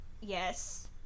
yes